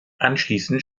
anschließend